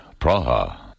Praha